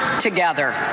together